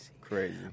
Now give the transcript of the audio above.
Crazy